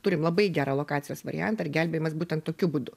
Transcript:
turim labai gerą lokacijos variantą ir gelbėjomės būtent tokiu būdu